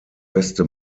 beste